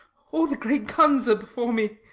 all the great guns are before me.